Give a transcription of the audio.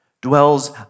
dwells